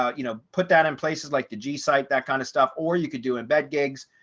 ah you know, put that in places like the g site, that kind of stuff, or you could do in bed gigs.